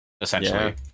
essentially